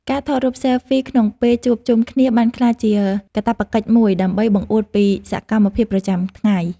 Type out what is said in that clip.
ការថតរូបស៊ែលហ្វីក្នុងពេលជួបជុំគ្នាបានក្លាយជាកាតព្វកិច្ចមួយដើម្បីបង្អួតពីសកម្មភាពប្រចាំថ្ងៃ។